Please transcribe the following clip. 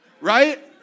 right